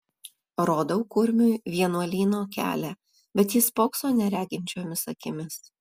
rodau kurmiui vienuolyno kelią bet jis spokso nereginčiomis akimis